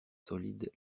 solides